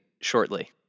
shortly